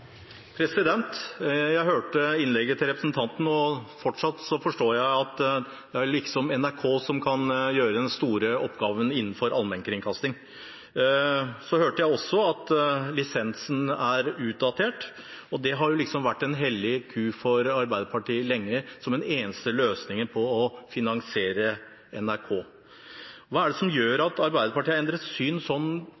og fortsatt forstår jeg at det er NRK som kan gjøre den store oppgaven innenfor allmennkringkasting. Så hørte jeg også at lisensen er utdatert, noe som har vært en hellig ku for Arbeiderpartiet lenge som den eneste løsningen til å finansiere NRK. Hva er det som gjør